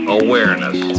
awareness